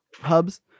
Hubs